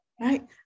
right